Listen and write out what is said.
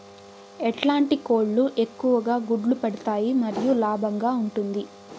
ఎట్లాంటి కోళ్ళు ఎక్కువగా గుడ్లు పెడతాయి మరియు లాభంగా ఉంటుంది?